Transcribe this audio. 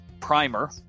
primer